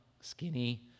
skinny